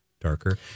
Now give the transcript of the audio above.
darker